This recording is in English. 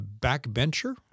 backbencher